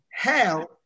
hell